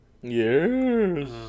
Yes